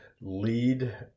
lead